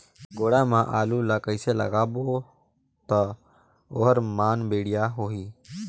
गोडा मा आलू ला कइसे लगाबो ता ओहार मान बेडिया होही?